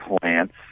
plants